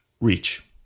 reach